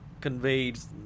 conveys